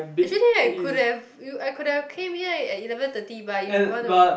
actually like could've have you I could've have came here at eleven thirty but you want to